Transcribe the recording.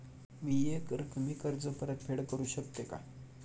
मी एकरकमी कर्ज परतफेड करू शकते का?